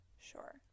Sure